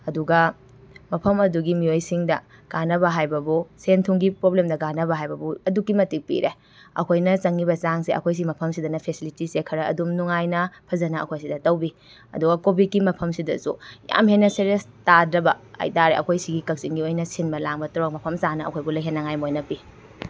ꯑꯗꯨꯒ ꯃꯐꯝ ꯑꯗꯨꯒꯤ ꯃꯤꯑꯣꯏꯁꯤꯡꯗ ꯀꯥꯟꯅꯕ ꯍꯥꯏꯕꯕꯨ ꯁꯦꯜ ꯊꯨꯝꯒꯤ ꯄ꯭ꯔꯣꯕ꯭ꯂꯦꯝꯗ ꯀꯥꯟꯅꯕ ꯍꯥꯏꯕꯕꯨ ꯑꯗꯨꯛꯀꯤ ꯃꯇꯤꯛ ꯄꯤꯔꯦ ꯑꯩꯈꯣꯏꯅ ꯆꯪꯂꯤꯕ ꯆꯥꯡꯁꯦ ꯑꯩꯈꯣꯏ ꯁꯤ ꯃꯐꯝꯁꯤꯗꯅ ꯐꯦꯁꯤꯂꯤꯇꯤꯁꯦ ꯈꯔ ꯑꯗꯨꯝ ꯅꯨꯡꯉꯥꯏꯅ ꯐꯖꯅ ꯑꯩꯈꯣꯏ ꯁꯤꯗ ꯇꯧꯕꯤ ꯑꯗꯨꯒ ꯀꯣꯕꯤꯠꯀꯤ ꯃꯐꯝꯁꯤꯗꯁꯨ ꯌꯥꯝ ꯍꯦꯟꯅ ꯁꯦꯔꯦꯁ ꯇꯥꯗ꯭ꯔꯕ ꯍꯥꯏꯇꯔꯦ ꯑꯩꯈꯣꯏ ꯁꯤꯒꯤ ꯀꯛꯆꯤꯡꯒꯤ ꯑꯣꯏꯅ ꯁꯤꯟꯕ ꯂꯥꯡꯕ ꯇꯧꯔꯒ ꯃꯐꯝ ꯆꯥꯅ ꯑꯩꯈꯣꯏꯕꯨ ꯂꯩꯍꯟꯅꯉꯥꯏ ꯃꯣꯏꯅ ꯄꯤ